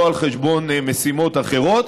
לא על חשבון משימות אחרות,